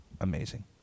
amazing